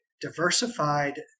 diversified